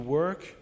work